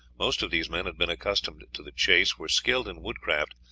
most of these men had been accustomed to the chase, were skilled in woodcraft,